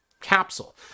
capsule